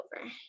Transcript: over